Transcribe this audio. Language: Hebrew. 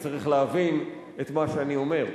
צריך להבין את מה שאני אומר.